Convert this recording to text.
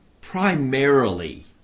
primarily